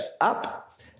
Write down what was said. up